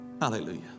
Hallelujah